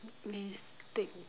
let me think